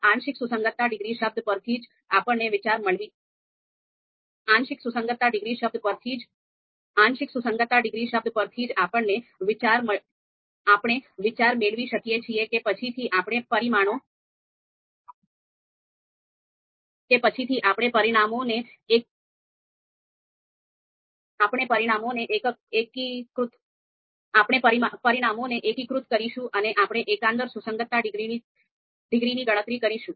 આંશિક સુસંગતતા ડિગ્રી શબ્દ પરથી જ આપણે વિચાર મેળવી શકીએ છીએ કે પછીથી આપણે પરિણામોને એકીકૃત કરીશું અને આપણે એકંદર સુસંગતતા ડિગ્રીની ગણતરી કરીશું